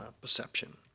perception